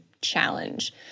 challenge